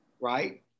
right